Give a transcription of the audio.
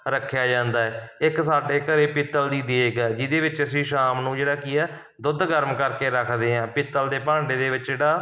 ਰੱਖਿਆ ਜਾਂਦਾ ਹੈ ਇੱਕ ਸਾਡੇ ਘਰ ਪਿੱਤਲ ਦੀ ਦੇਗ ਹੈ ਜਿਹਦੇ ਵਿੱਚ ਅਸੀਂ ਸ਼ਾਮ ਨੂੰ ਜਿਹੜਾ ਕੀ ਹੈ ਦੁੱਧ ਗਰਮ ਕਰਕੇ ਰੱਖਦੇ ਹਾਂ ਪਿੱਤਲ ਦੇ ਭਾਂਡੇ ਦੇ ਵਿੱਚ ਜਿਹੜਾ